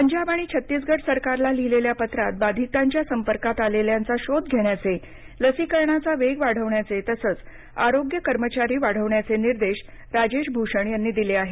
पंजाब आणि छत्तीसगड सरकारला लिहिलेल्या पत्रात बाधितांच्या संपर्कात आलेल्यांचा शोध घेण्याचे लसीकरणाचा वेग वाढवण्याचे तसंच आरोग्य कर्मचारी वाढवण्याचे निर्देश राजेश भूषण यांनी दिले आहेत